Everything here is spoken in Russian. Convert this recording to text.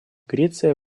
греция